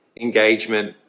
engagement